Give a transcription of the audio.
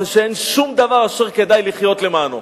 אין שום דבר אשר כדאי לחיות למענו.